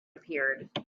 appeared